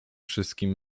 wszystkim